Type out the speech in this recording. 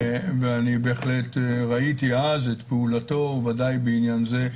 ואני בהחלט ראיתי אז את פעולתו, בוודאי בעניין זה.